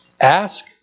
Ask